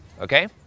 Okay